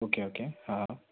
okay okay हाँ हाँ